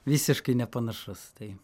visiškai nepanašus tai